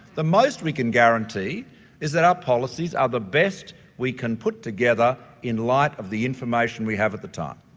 the most we can guarantee is that our policies are the best we can put together in light of the information we have at the time.